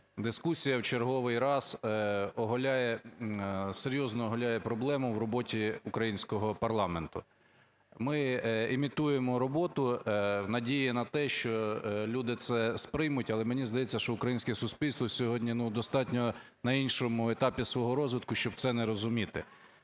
дискусія в черговий раз оголяє, серйозно оголяє проблему в роботі українського парламенту. Ми імітуємо роботу в надії на те, що люди це сприймуть, але мені здається, що українське суспільство сьогодні достатньо на іншому етапі свого розвитку, щоб це не розуміти.